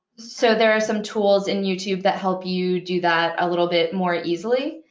so there are some tools in youtube that help you do that a little bit more easily,